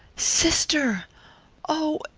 sister oh,